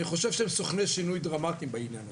אני חושב שהם סוכני שינוי דרמטיים בעניין הזה,